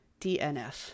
DNF